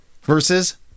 Versus